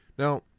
Now